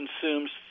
consumes